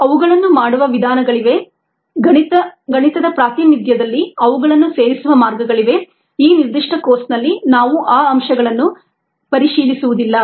ಅವುಗಳನ್ನು ಮಾಡುವ ವಿಧಾನಗಳಿವೆ ಗಣಿತದ ಪ್ರಾತಿನಿಧ್ಯದಲ್ಲಿ ಅವುಗಳನ್ನು ಸೇರಿಸುವ ಮಾರ್ಗಗಳಿವೆ ಈ ನಿರ್ದಿಷ್ಟ ಕೋರ್ಸ್ನಲ್ಲಿ ನಾವು ಆ ಅಂಶಗಳನ್ನು ಪರಿಶೀಲಿಸುವುದಿಲ್ಲ